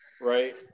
right